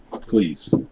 Please